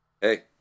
Hey